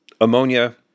ammonia